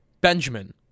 Benjamin